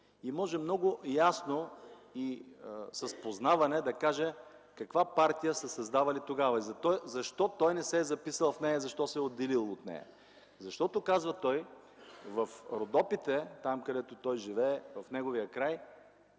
и може много ясно и с познаване да каже каква партия са създавали тогава и защо той не се е записал в нея, защо се е отделил от нея. Защото, казва той, в Родопите, там, където живее, в неговия край,